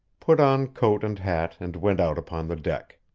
put on coat and hat and went out upon the deck.